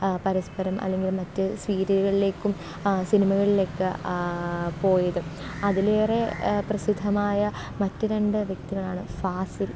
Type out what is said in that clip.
പരസ്പരം അല്ലെങ്കിൽ മറ്റ് സീരിയലുകളിലേക്കും സിനിമകളിലേക്ക് പോയത് അതിലേറെ പ്രസിദ്ധമായ മറ്റു രണ്ട് വ്യക്തികളാണ് ഫാസിൽ